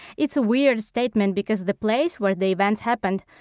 it's a weird statement, because the place where the events happened,